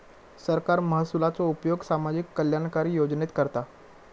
सरकार महसुलाचो उपयोग सामाजिक कल्याणकारी योजनेत करता